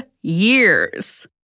years